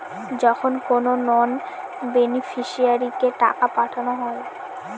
যখন কোনো নন বেনিফিশিয়ারিকে টাকা পাঠানো হয়